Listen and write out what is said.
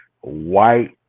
white